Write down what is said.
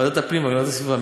ועדת הפנים והגנת הסביבה.